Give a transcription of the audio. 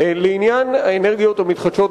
לעניין האנרגיות המתחדשות,